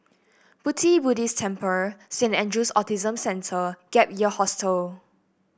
Pu Ti Buddhist Temple Saint Andrew's Autism Centre Gap Year Hostel